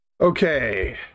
okay